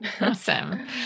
Awesome